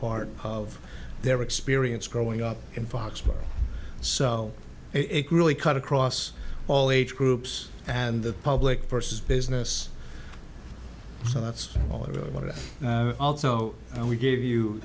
part of their experience growing up in foxborough so it really cut across all age groups and the public versus business so that's really what it also we gave you